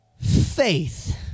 faith